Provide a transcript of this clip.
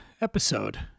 episode